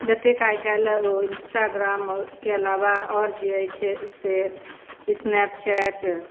जतेक आइ काल्हि ओ इंस्टाग्रामके अलावा आओर जे अछि से स्नैपचैट